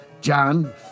John